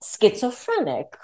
schizophrenic